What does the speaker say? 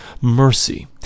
mercy